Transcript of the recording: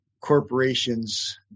corporations